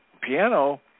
piano